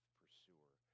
pursuer